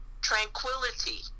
tranquility